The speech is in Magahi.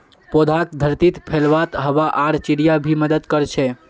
पौधाक धरतीत फैलवात हवा आर चिड़िया भी मदद कर छे